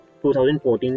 2014